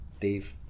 Dave